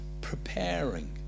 preparing